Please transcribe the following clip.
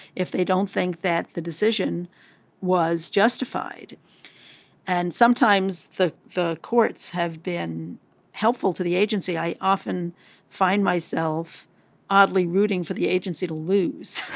if they don't think that the decision was justified and sometimes the the courts have been helpful to the agency i often find myself oddly rooting for the agency to lose